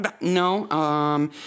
No